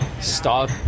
stop